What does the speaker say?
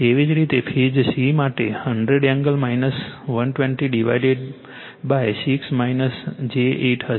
તેવી જ રીતે ફેઝ c માટે 100 એંગલ 120 ડિવાઇડેડ 6 j 8 હશે